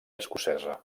escocesa